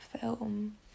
film